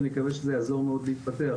אני מקווה שזה יעזור מאוד להתפתח.